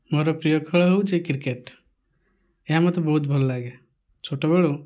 ମୋ'ର ପ୍ରିୟ ଖେଳ ହେଉଛି କ୍ରିକେଟ ଏହା ମୋତେ ବହୁତ ଭଲ ଲାଗେ ଛୋଟ ବେଳୁ